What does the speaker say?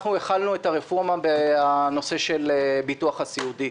אנחנו החלנו את הרפורמה בנושא של הביטוח הסיעודי.